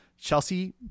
Chelsea